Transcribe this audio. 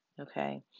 Okay